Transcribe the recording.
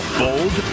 bold